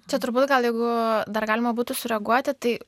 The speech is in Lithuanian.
čia turbūt gal jeigu dar galima būtų sureaguoti tai